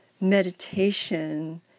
meditation